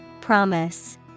Promise